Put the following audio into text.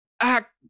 act